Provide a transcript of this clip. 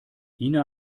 ina